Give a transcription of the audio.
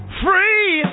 free